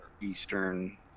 eastern